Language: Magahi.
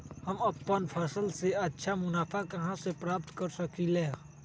हम अपन फसल से अच्छा मुनाफा कहाँ से प्राप्त कर सकलियै ह?